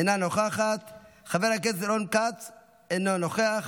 אינה נוכחת, חבר הכנסת יוסף עטאונה, אינו נוכח,